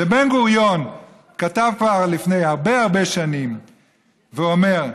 בן-גוריון כתב כבר לפני הרבה שנים ואמר: